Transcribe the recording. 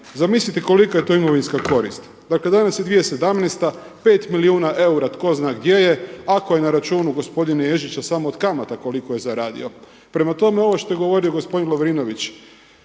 Zamislite kolika je to imovinska korist. Dakle, danas je 2017. 5 milijuna eura tko zna gdje je. Ako je na računu gospodina Ježića samo od kamata koliko je zaradio. Prema tome, ovo što je govorio gospodin Lovrinović